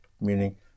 meaning